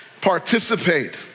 participate